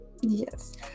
Yes